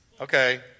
Okay